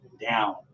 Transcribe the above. down